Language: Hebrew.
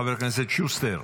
חבר הכנסת שוסטר,